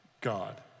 God